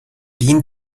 been